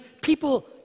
people